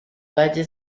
valle